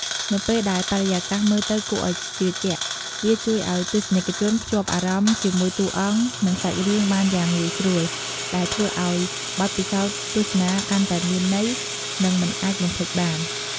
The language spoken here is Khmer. នៅពេលដែលបរិយាកាសមើលទៅគួរឱ្យជឿជាក់ វាជួយឱ្យទស្សនិកជនភ្ជាប់អារម្មណ៍ជាមួយតួអង្គ និងសាច់រឿងបានយ៉ាងងាយស្រួល ដែលធ្វើឱ្យបទពិសោធន៍ទស្សនាកាន់តែមានន័យ និងមិនអាចបំភ្លេចបាន។